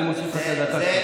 אני מוסיף לך דקה.